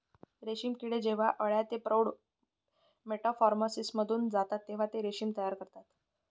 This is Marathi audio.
रेशीम किडे जेव्हा अळ्या ते प्रौढ मेटामॉर्फोसिसमधून जातात तेव्हा ते रेशीम तयार करतात